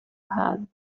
had